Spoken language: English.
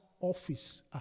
office